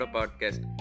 Podcast